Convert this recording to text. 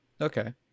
okay